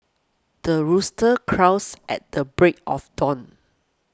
the rooster crows at the break of dawn